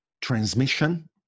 transmission